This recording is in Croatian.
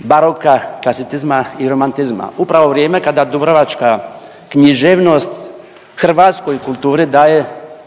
baroka, klasicizma i romantizma, upravo u vrijeme kada dubrovačka književnost hrvatskoj kulturi daje